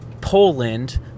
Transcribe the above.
Poland